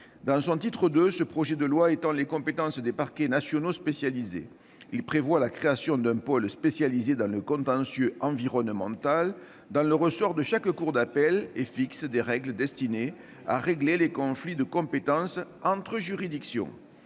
Dans son titre II, ce projet de loi étend les compétences des parquets nationaux spécialisés. Il prévoit la création d'un pôle spécialisé dans le contentieux environnemental dans le ressort de chaque cour d'appel et fixe des règles destinées à régler les conflits de compétences entre juridictions.